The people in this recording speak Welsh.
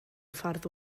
ffordd